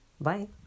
Bye